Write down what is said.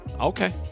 Okay